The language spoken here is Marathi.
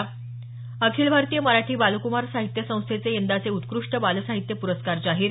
स अखिल भारतीय मराठी बालकुमार साहित्य संस्थेचे यंदाचे उत्कृष्ट बालसाहित्य प्रस्कार जाहीर